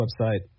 website